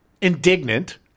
indignant